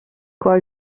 quoi